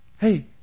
hey